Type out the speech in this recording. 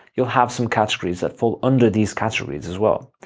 you'll have some categories that fall under these categories as well.